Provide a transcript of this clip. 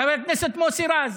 חבר הכנסת מוסי רז,